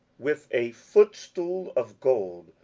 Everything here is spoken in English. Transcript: with a footstool of gold,